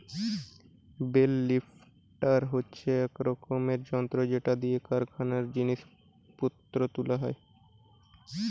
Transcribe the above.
bell lifter হচ্ছে এক রকমের যন্ত্র যেটা দিয়ে কারখানায় জিনিস পত্র তুলা হয়